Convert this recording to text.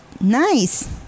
Nice